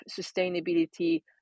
sustainability